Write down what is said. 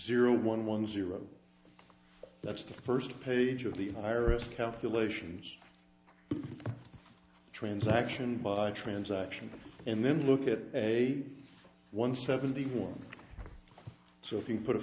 zero one one zero that's the first page of the iris calculations transaction by transaction and then look at a one seventy one so if you put a